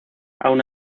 aun